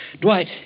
Dwight